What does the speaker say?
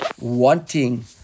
wanting